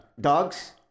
dogs